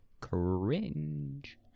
Cringe